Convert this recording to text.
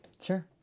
Sure